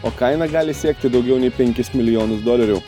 o kaina gali siekti daugiau nei penkis milijonus dolerių